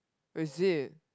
is it